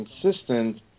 consistent